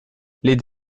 les